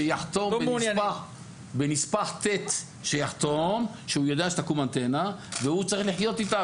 שיחתום בנספח ט' שהוא יודע שתקום אנטנה והוא צריך לחיות איתה,